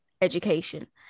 education